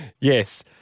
Yes